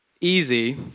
easy